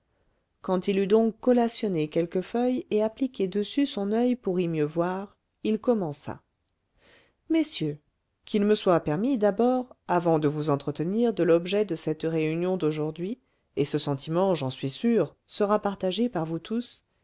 quand il eut donc collationné quelques feuilles et appliqué dessus son oeil pour y mieux voir il commença messieurs qu'il me soit permis d'abord avant de vous entretenir de l'objet de cette réunion d'aujourd'hui et ce sentiment j'en suis sûr sera partagé par vous tous